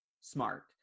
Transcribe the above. smart